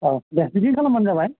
औ दे बिदिनो खालामबानो जाबाय